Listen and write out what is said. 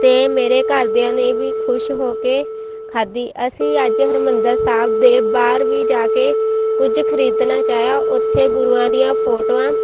ਅਤੇ ਮੇਰੇ ਘਰਦਿਆਂ ਨੇ ਵੀ ਖੁਸ਼ ਹੋ ਕੇ ਖਾਧੀ ਅਸੀਂ ਅੱਜ ਹਰਿਮੰਦਰ ਸਾਹਿਬ ਦੇ ਬਾਹਰ ਵੀ ਜਾ ਕੇ ਕੁਝ ਖਰੀਦਣਾ ਚਾਹਿਆ ਉੱਥੇ ਗੁਰੂਆਂ ਦੀਆਂ ਫੋਟੋਆਂ